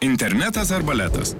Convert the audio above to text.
internetas ar baletas